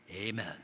amen